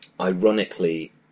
ironically